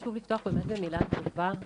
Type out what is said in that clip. חשוב לפתוח באמת במילה טובה,